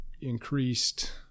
increased